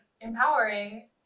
empowering